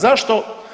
Zašto?